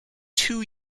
two